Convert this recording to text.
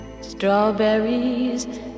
Strawberries